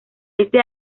este